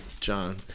John